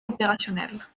opérationnelles